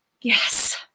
yes